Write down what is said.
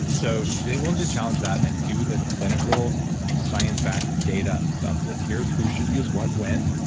so being willing to challenge that and do the clinical science backed data stuff says, here's who should use what when.